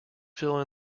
fill